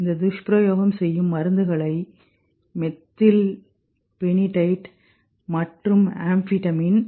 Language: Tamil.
இந்த துஷ்பிரயோகம் செய்யும் மருந்துகளை மெத்தில்ல்பெனிடேட் மற்றும் ஆம்பெடமைன்methylphenidate and amphetamine